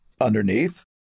underneath